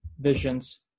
visions